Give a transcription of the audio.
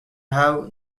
have